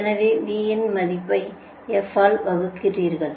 எனவே v இன் மதிப்பை f ஆல் வகுக்கிறீர்கள்